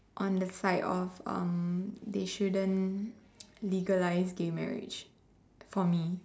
on the side of um they shouldn't legalize gay marriage for me